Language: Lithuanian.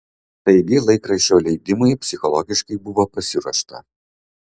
taigi laikraščio leidimui psichologiškai buvo pasiruošta